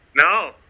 No